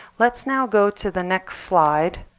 let's now go to the next slide